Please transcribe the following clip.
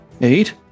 eight